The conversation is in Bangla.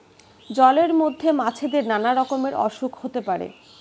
জলের মধ্যে মাছেদের নানা রকমের অসুখ হতে পারে